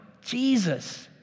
Jesus